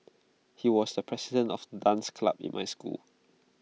he was the president of dance club in my school